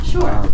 Sure